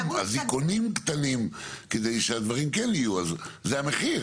אזיקונים קטנים כדי שהדברים כן יהיו, אז זה המחיר.